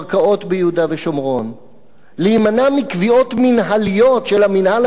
להימנע מקביעות מינהליות של המינהל האזרחי בסכסוכי קרקעות,